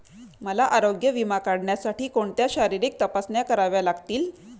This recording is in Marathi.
मला आरोग्य विमा काढण्यासाठी कोणत्या शारीरिक तपासण्या कराव्या लागतील?